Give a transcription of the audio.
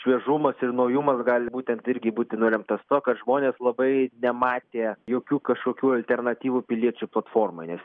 šviežumas ir naujumas gal būtent irgi būti nulemtas to kad žmonės labai nematė jokių kažkokių alternatyvų piliečių platformai nes